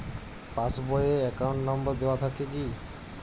Pass বই এ account number দেওয়া থাকে কি?